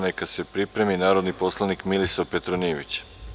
Neka se pripremi narodni poslanik Milisav Petronijević.